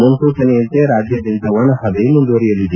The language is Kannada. ಮುನ್ಸೂಚನೆಯಂತೆ ರಾಜ್ಯಾದ್ಯಂತ ಒಣಹವೆ ಮುಂದುವರಿಯಲಿದೆ